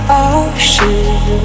ocean